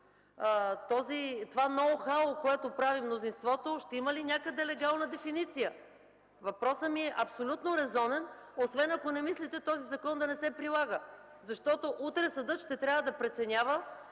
това ноу-хау, което прави мнозинството, ще има ли някъде легална дефиниция? Въпросът ми е абсолютно резонен, освен ако не мислите този закон да не се прилага, защото утре съдът ще трябва да преценява